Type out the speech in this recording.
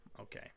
Okay